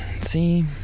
see